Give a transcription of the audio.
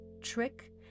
trick